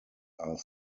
are